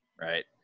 right